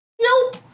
Nope